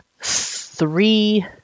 three